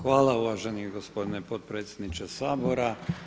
Hvala uvaženi gospodine potpredsjedniče Sabora.